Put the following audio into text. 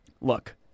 look